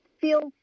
feels